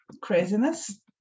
craziness